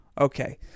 Okay